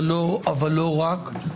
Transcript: אבל לא רק.